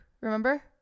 remember